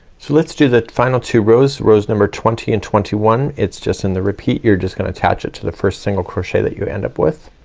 so let's do the final two rows. rows number twenty and twenty one. it's just in the repeat. you're just gonna attach it to the first single crochet that you end up with.